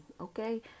Okay